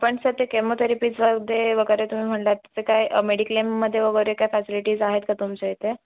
पण सर ते chemotherapy sir ते वगैरे तुम्ही म्हणलात तेचं काय मेडिक्लेममध्ये वगैरे काय फॅसलिटीज आहेत का तुमच्या इथे